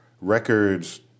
records